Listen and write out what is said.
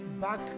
back